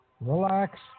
relax